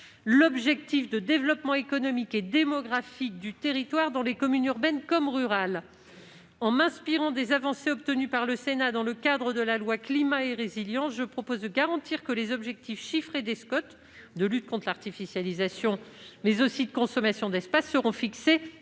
l'objectif de « développement économique et démographique de l'ensemble du territoire, dans les communes urbaines comme rurales ». En m'inspirant des avancées obtenues par le Sénat dans le cadre de la loi Climat et résilience, je propose de garantir que les objectifs chiffrés des SCoT en matière de lutte contre l'artificialisation et de consommation d'espace prendront en